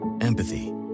Empathy